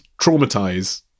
traumatize